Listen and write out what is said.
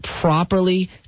properly